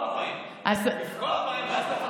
יודעת מה החוכמה?